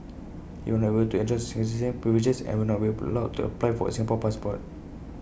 he will not able to enjoy citizenship privileges and will not be allowed to apply for A Singapore passport